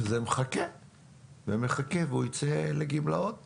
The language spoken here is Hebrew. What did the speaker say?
זה מחכה ומחכה, והוא ייצא לגמלאות